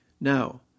Now